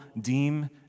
deem